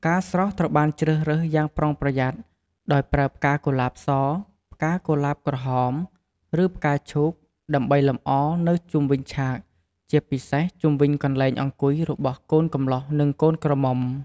ផ្កាស្រស់ត្រូវបានជ្រើសរើសយ៉ាងប្រុងប្រយ័ត្ន ដោយប្រើផ្កាកុលាបស ផ្កាកុលាបក្រហម ឬផ្កាឈូក ដើម្បីលម្អនៅជុំវិញឆាកជាពិសេសជុំវិញកន្លែងអង្គុយរបស់កូនកំលោះនិងកូនក្រមុំ។